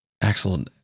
Axel